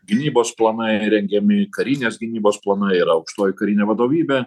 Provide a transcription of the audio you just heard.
gynybos planai rengiami karinės gynybos planai yra aukštoji karinė vadovybė